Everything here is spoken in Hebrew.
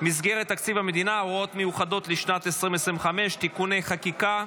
מסגרת תקציב המדינה (הוראות מיוחדות לשנת 2025) (תיקוני חקיקה),